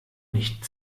nicht